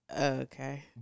Okay